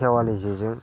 खेवालि जेजों